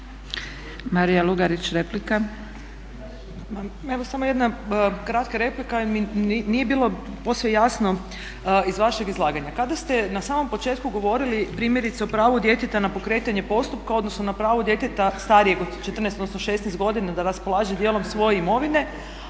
Marija Lugarić, replika.